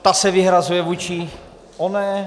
Ta se vyhrazuje vůči oné.